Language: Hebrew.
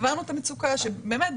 הבנו את המצוקה שבאמת,